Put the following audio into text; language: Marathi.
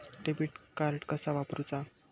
डेबिट कार्ड कसा वापरुचा?